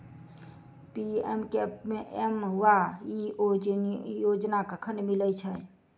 PMKMY योजना कखन मिलय छै?